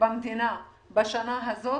במדינה בשנה הזאת